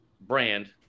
brand